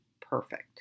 perfect